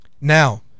Now